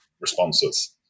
responses